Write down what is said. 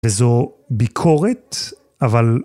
וזו ביקורת, אבל...